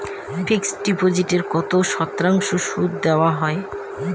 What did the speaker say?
Fixed ডিপোজিটে কত শতাংশ সুদ দেওয়া হয়?